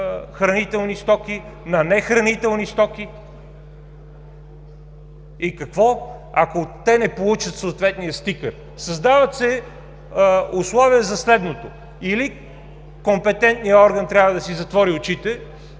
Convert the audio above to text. хранителни стоки, на нехранителни стоки. И какво, ако те не получат съответния стикер? Създават се условия за следното: или компетентният орган трябва да си затвори очите